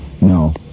No